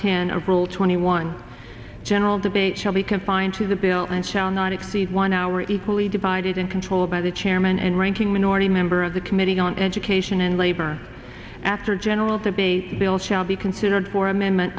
e twenty one gentle debate shall be confined to the bill and shall not exceed one hour equally divided and controlled by the chairman and ranking minority member of the committee on education and labor after general debate bill shall be considered for amendment